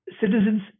citizens